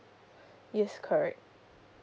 yes correct